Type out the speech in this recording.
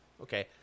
Okay